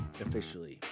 officially